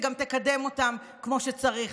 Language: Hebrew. היא גם תקדם אותן כמו שצריך.